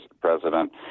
president